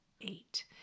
eight